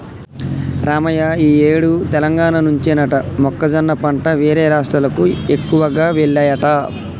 రావయ్య ఈ ఏడు తెలంగాణ నుంచేనట మొక్కజొన్న పంట వేరే రాష్ట్రాలకు ఎక్కువగా వెల్లాయట